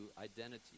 identity